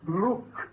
Look